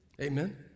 Amen